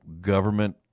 government